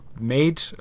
made